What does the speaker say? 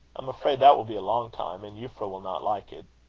am afraid that will be a long time, and euphra will not like it.